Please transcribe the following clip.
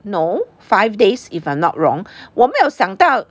no five days if I'm not wrong 我没有想到